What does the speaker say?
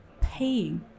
paying